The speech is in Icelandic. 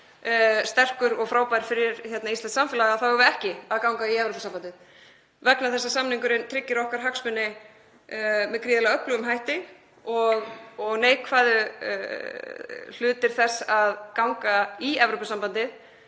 sterkur og frábær fyrir íslenskt samfélag þá eigum við ekki að ganga í Evrópusambandið vegna þess að samningurinn tryggir okkar hagsmuni með gríðarlega öflugum hætti og neikvæðu hliðar þess að ganga í Evrópusambandið,